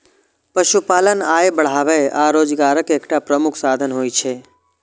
पशुपालन आय बढ़ाबै आ रोजगारक एकटा प्रमुख साधन होइ छै